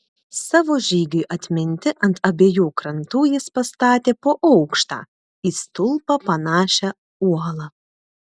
savo žygiui atminti ant abiejų krantų jis pastatė po aukštą į stulpą panašią uolą